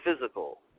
physical